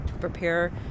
Prepare